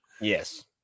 Yes